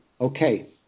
okay